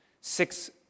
six